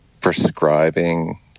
prescribing